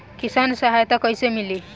किसान सहायता कईसे मिली?